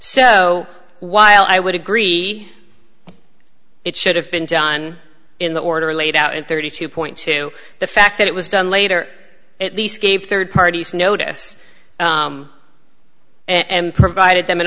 so while i would agree it should have been done in the order laid out at thirty two point two the fact that it was done later at least gave third parties notice and provided them an